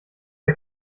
bei